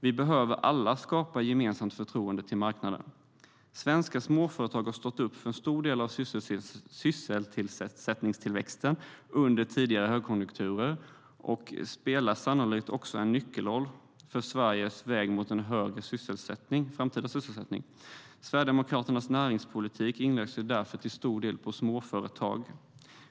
Vi behöver alla skapa ett gemensamt förtroende för marknaden. Svenska småföretag har stått för en stor del av sysselsättningstillväxten under tidigare högkonjunkturer och spelar sannolikt också en nyckelroll för Sveriges väg mot framtida högre sysselsättning. Sverigedemokraternas näringspolitik inriktar sig därför till stor del på småföretag.